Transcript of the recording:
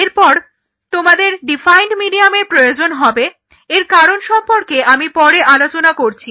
এরপর তোমাদের ডিফাইন্ড মিডিয়ামের প্রয়োজন হবে এর কারণ সম্পর্কে আমি পরে আলোচনা করছি